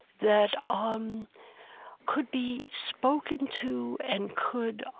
that ah um could be spoken to and could